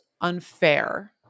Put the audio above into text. unfair